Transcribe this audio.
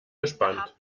gespannt